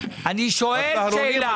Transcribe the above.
אני שואל שאלה,